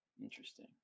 interesting